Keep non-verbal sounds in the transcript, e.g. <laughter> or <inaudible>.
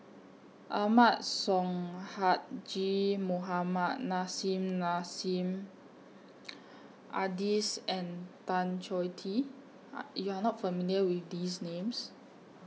Ahmad Sonhadji Mohamad Nissim Nassim Adis and Tan Choh Tee <hesitation> YOU Are not familiar with These Names